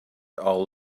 all